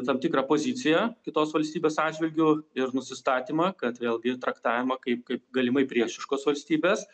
tam tikrą poziciją kitos valstybės atžvilgiu ir nusistatymą kad vėlgi traktavimą kaip kaip galimai priešiškos valstybės